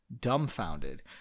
dumbfounded